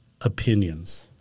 opinions